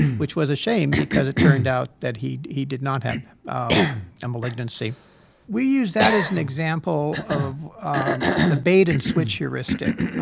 which was a shame because it turned out that he he did not have a um and malignancy we use that as an example of ah the bait and switch heuristic.